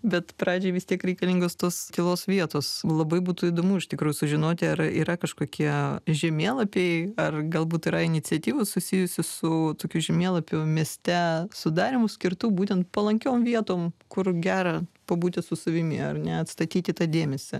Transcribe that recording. bet pradžiai vis tiek reikalingos tos tylos vietos labai būtų įdomu iš tikrųjų sužinoti ar yra kažkokie žemėlapiai ar galbūt yra iniciatyvų susijusių su tokių žemėlapių mieste sudarymui skirtų būtent palankiom vietom kur gera pabūti su savimi ar ne atstatyti tą dėmesį